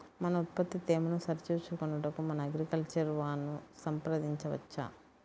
మన ఉత్పత్తి తేమను సరిచూచుకొనుటకు మన అగ్రికల్చర్ వా ను సంప్రదించవచ్చా?